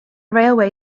railway